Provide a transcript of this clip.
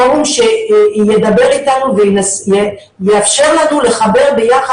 פורום שידבר איתנו ויאפשר לנו לחבר ביחד